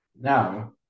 Now